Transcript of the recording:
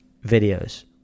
videos